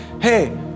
hey